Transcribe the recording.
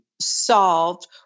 solved